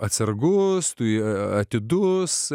atsargus tu ją atidus